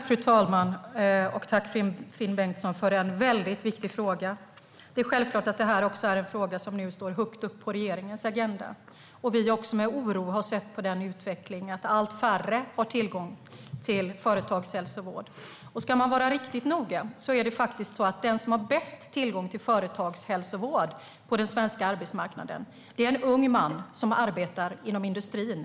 Fru talman! Tack, Finn Bengtsson, för en viktig fråga! Det är självklart att detta är en fråga som nu står högt upp på regeringens agenda. Också vi har med oro sett på den utveckling där allt färre har tillgång till företagshälsovård. Om man ska vara riktigt noga är det så att den som har bäst tillgång till företagshälsovård på den svenska arbetsmarknaden är en ung man som arbetar inom industrin.